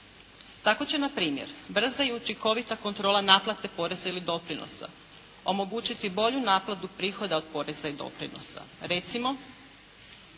Tako će na primjer, brza i učinkovita kontrola naplate poreza ili doprinosa omogućiti bolju naplatu prihoda od poreza i doprinosa. Recimo